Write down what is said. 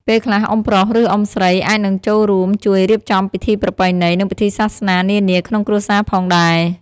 ពេលខ្លះ អ៊ុំប្រុស ឬ អ៊ុំស្រីអាចនឹងចូលរួមជួយរៀបចំពិធីប្រពៃណី និងពិធីសាសនានានាក្នុងគ្រួសារផងដែរ។